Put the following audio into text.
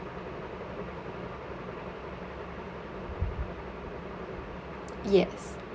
yes